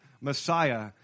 Messiah